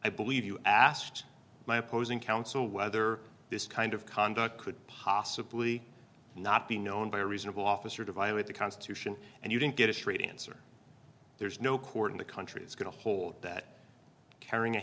i believe you asked my opposing counsel whether this kind of conduct could possibly not be known by reasonable officer to violate the constitution and you didn't get a straight answer there's no court in the country is going to hold that carrying a